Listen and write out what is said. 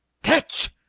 catch!